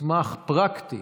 מסמך פרקטי,